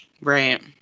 Right